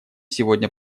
сегодня